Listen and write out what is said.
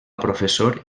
professor